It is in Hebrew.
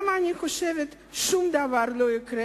אני חושבת ששום דבר לא יקרה,